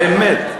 באמת.